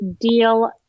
deal